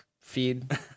feed